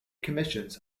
commissions